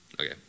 Okay